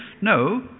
No